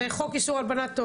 זה חוק איסור הלבנת הון.